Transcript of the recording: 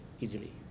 easily